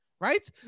right